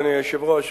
אדוני היושב-ראש,